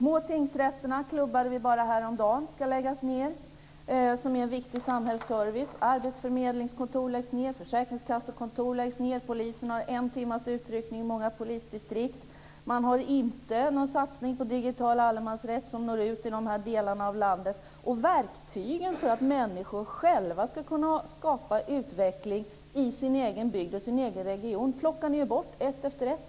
Bara häromdagen klubbade vi att de små tingsrätterna, som är en viktig samhällsservice, ska läggas ned. Arbetsförmedlingskontor läggs ned. Försäkringskassekontor läggs ned. Polisen har en timmes utryckningstid i många polisdistrikt. Man har inte någon satsning på digital allemansrätt som når ut till dessa delar av landet. Och verktygen för att människor själva ska kunna skapa utveckling i sin egen bygd och sin egen region plockar ni ju bort ett efter ett.